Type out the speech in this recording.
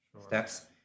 steps